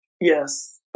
Yes